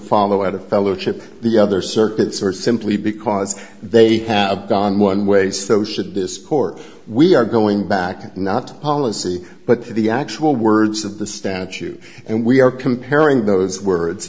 follow out of fellowship the other circuits are simply because they have gone one way so should this court we are going back not policy but the actual words of the statute and we are comparing those words